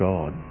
God